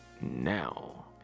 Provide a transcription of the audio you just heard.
now